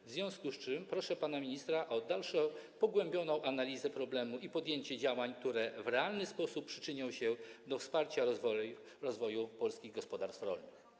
W związku z tym proszę pana ministra o dalszą, pogłębioną analizę problemu i podjęcie działań, które w realny sposób przyczynią się do wsparcia rozwoju polskich gospodarstw rolnych.